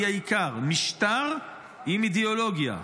והיא העיקר: משטר עם אידיאולוגיה.